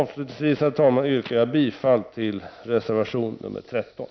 Avslutningsvis yrkar jag bifall till reservation nr 13.